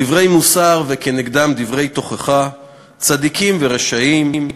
דברי מוסר וכנגדם דברי תוכחה, צדיקים ורשעים,